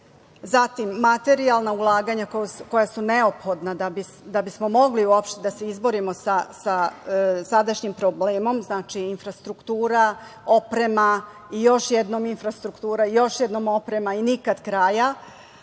zatim materijalna ulaganja koja su neophodna da bismo mogli uopšte da se izborimo sa sadašnjim problemom, infrastruktura, oprema i još jednom infrastruktura i još jednom oprema i nikad kraja,